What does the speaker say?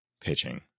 pitching